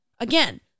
Again